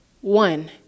one